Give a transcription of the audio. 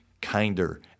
kinder